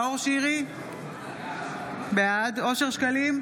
נאור שירי, בעד אושר שקלים,